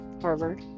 Harvard